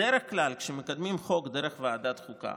בדרך כלל כשמקדמים חוק דרך ועדת החוקה